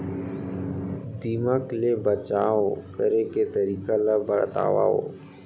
दीमक ले बचाव करे के तरीका ला बतावव?